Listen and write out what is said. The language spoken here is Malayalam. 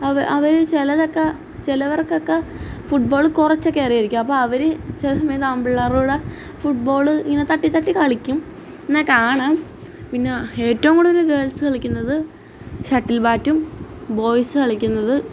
അവ അവർ ചിലതൊക്കെ ചിലവർക്കൊക്കെ ഫുട് ബോൾ കുറച്ചൊക്കെ അറിയാമായിരിക്കും അപ്പോൾ അവർ ചിലസമയത്ത് ആൺപിള്ളേരുടെ ഫുട് ബോൾ ഇങ്ങനെ തട്ടിത്തട്ടി കളിക്കും എന്നാൽ കാണാം പിന്നേ ഏറ്റവും കൂടുതൽ ഗേൾസ് കളിക്കുന്നത് ഷട്ടിൽ ബാറ്റും ബോയ്സ് കളിക്കുന്നത്